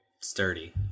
sturdy